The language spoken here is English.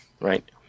right